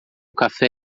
café